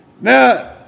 Now